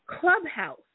Clubhouse